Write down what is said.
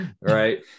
right